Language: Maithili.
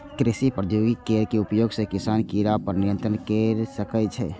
कृषि प्रौद्योगिकी केर उपयोग सं किसान कीड़ा पर नियंत्रण कैर सकै छै